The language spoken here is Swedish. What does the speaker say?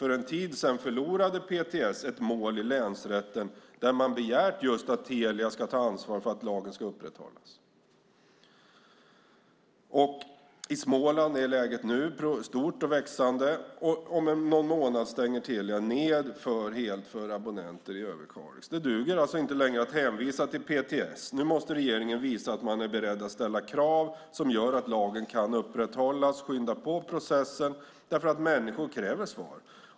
För en tid sedan förlorade PTS ett mål i länsrätten där man hade begärt just att Telia ska ta ansvar för att lagen ska upprätthållas. I Småland är problemen stora och växande. Om någon månad stänger Telia ned helt för abonnenter i Överkalix. Det duger alltså inte längre att hänvisa till PTS. Nu måste regeringen visa att den är beredd att ställa krav som gör att lagen kan upprätthållas och att skynda på processen. Människor kräver svar.